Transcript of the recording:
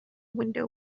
window